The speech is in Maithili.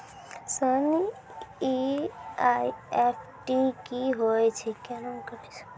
सर एन.ई.एफ.टी की होय छै, केना करे छै?